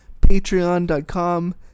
patreon.com